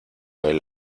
del